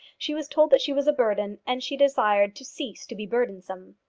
she was told that she was a burden, and she desired to cease to be burdensome.